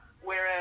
whereas